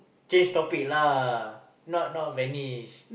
change topic lah not not vanish